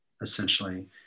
essentially